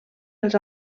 els